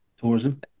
Tourism